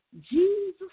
Jesus